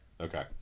Okay